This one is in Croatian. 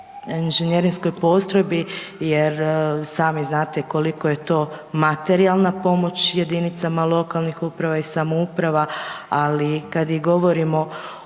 inžinjerinskoj postrojbi jer sami znate koliko je to materijalna pomoć jedinicama lokalne uprava i samouprava, ali kad i govorimo